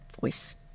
voice